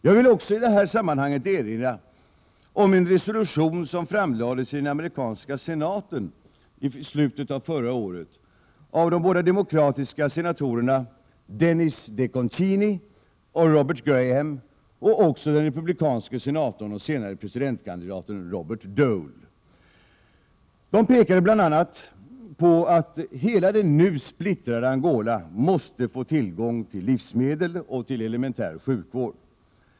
Jag vill också i detta sammanhang erinra om en resolution som framlades i den amerikanska senaten i slutet av förra året av de båda demokratiska senatorerna Dennis DeConcini och Robert Graham och också av den republikanske senatorn och senare presidentkandidaten Robert Dole. De påpekade där bl.a. att hela det nu splittrade Angola måste få tillgång till livsmedel och elementär sjukvård.